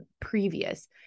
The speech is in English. previous